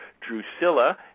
Drusilla